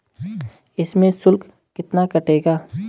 इसमें शुल्क कितना कटेगा?